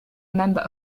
member